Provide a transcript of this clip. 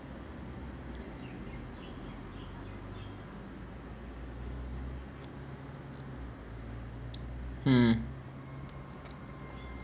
hmm